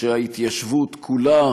שההתיישבות כולה